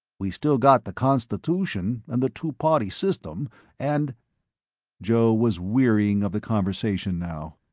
we still got the constitution and the two-party system and joe was wearying of the conversation now.